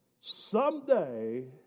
someday